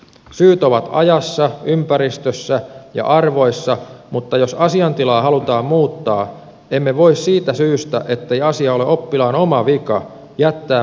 syyt ovat ajassa ympäristössä ja arvoissa mutta jos asiantilaa halutaan muuttaa emme voi siitä syystä ettei asia ole oppilaan oma vika jättää muutosmahdollisuutta käyttämättä